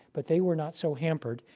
but they were not so hampered.